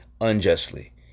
unjustly